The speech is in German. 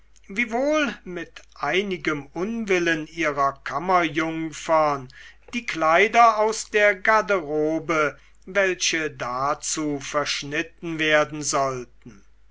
wiewohl mit einigem unwillen ihrer kammerjungfern die kleider aus der garderobe welche dazu verschnitten werden sollten